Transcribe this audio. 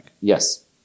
Yes